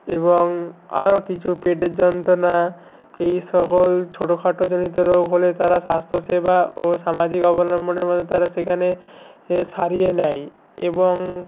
এবং আরও কিছু পেটের যন্ত্রণা এই সকল ছোটখাটো জনিত রোগ হলে তারা স্বাস্থ্যসেবা ও সামাজিক অবলম্বনের মধ্যে তারা সেখানে এ সারিয়ে নেয় এবং